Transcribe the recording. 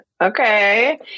okay